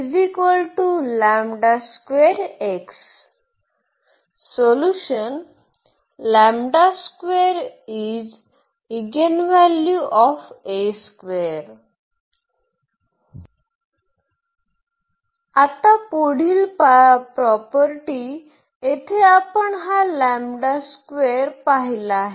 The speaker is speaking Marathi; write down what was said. is eigenvalue of आता पुढील प्रॉपर्टी येथे आपण हा लॅम्बडा स्क्वेअर पाहिला आहे